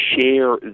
share